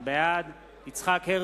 בדיוק לפי התקנון, מה שצריך להיות.